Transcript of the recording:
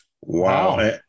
Wow